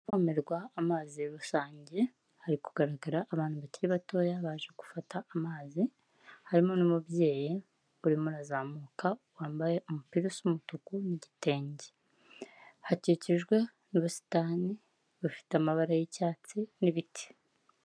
Ahavomerwa amazi rusange, hari kugaragara abantu bakiri batoya baje gufata amazi, harimo n'umubyeyi urimo urazamuka wambaye umupira w'umutuku n'igitenge, hakikijwe n'ubusitani bufite amabara y'icyatsi n'ibiti.